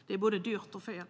Det blir både dyrt och fel.